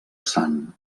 sant